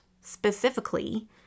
specifically